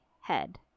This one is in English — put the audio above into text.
head